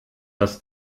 dass